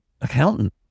accountant